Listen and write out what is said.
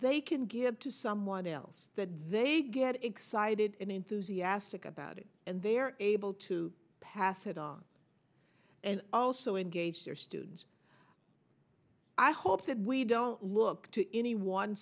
they can give to someone else that they get excited and enthusiastic about it and they're able to pass it on and also engage their students i hope that we don't look to any one